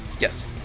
Yes